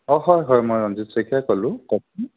অঁ হয় হয় মই ৰঞ্জিত শইকীয়াই ক'লোঁ কওঁকচোন